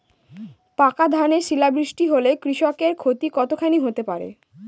পাকা ধানে শিলা বৃষ্টি হলে কৃষকের ক্ষতি কতখানি হতে পারে?